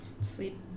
Sleep